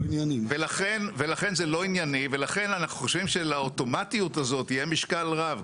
לכן זה לא ענייני ולכן אנחנו חושבים שלאוטומטית הזאת יהיה משקל רב.